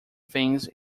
things